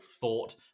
thought